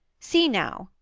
see now,